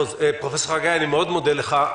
פרופ' חגי, אני מודה לך מאוד.